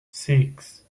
six